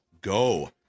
go